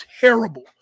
terrible